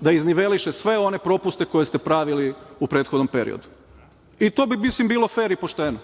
da izniveliše sve one propuste koje ste pravili u prethodnom periodu. To bi, mislim, bilo fer i pošteno.